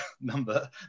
number